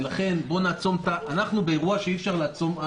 ולכן אנחנו באירוע שאי אפשר לעצום לגביו עין,